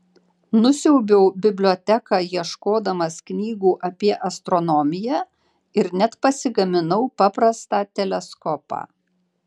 nusiaubiau biblioteką ieškodamas knygų apie astronomiją ir net pasigaminau paprastą teleskopą